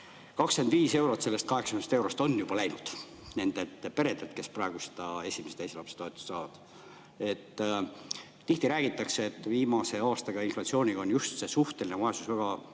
25 eurot sellest 80 eurost on juba läinud nendelt peredelt, kes praegu seda esimese ja teise lapse toetust saavad. Tihti räägitakse, et viimase aasta inflatsiooni tõttu on just suhteline vaesus